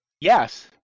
Yes